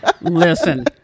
Listen